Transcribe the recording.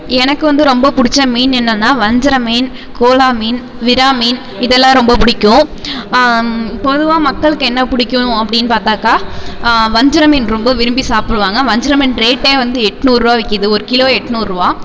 எனக்கு வந்து ரொம்ப பிடிச்ச மீன் என்னன்னா வஞ்சரம் மீன் கோலா மீன் விரால் மீன் இதெல்லாம் ரொம்ப பிடிக்கும் பொதுவாக மக்களுக்கு என்ன பிடிக்கும் அப்படின்னு பார்த்தாக்கா வஞ்சரம் மீன் ரொம்ப விரும்பி சாப்பிடுவாங்க வஞ்சரம் மீன் ரேட்டே வந்து எட்நூறுபா விற்கிது ஒரு கிலோ எட்நூறுபா